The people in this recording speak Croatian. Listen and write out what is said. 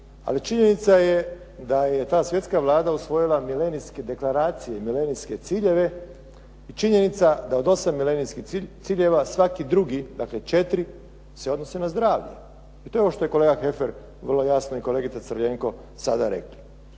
ali činjenica je da je ta Svjetska vlada usvojila milenijske deklaracije, milenijske ciljeve i činjenica da od 8 milenijskih ciljeva svaki drugi, dakle 4, se odnosi na zdravlje. I to je ovo što je kolega Heffer vrlo jasno i kolegica Crljenko sada rekli.